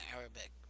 arabic